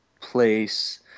place